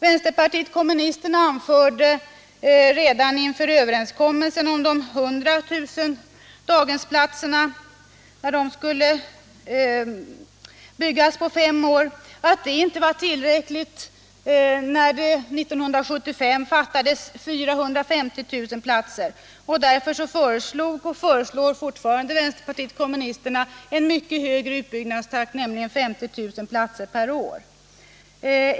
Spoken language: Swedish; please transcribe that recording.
Vänsterpartiet kommunisterna anförde redan inför överenskommelsen om att 100 000 daghemsplatser skulle byggas på fem år att det inte var tillräckligt när det 1975 fattades 450 000 platser. Därför föreslog och föreslår fortfarande vänsterpartiet kommunisterna en mycket högre utbyggnadstakt, nämligen 50 000 platser per år.